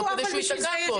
לא כדי שהוא יתקע פה,